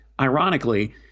ironically